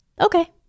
Okay